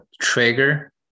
trigger